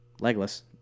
legless